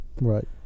Right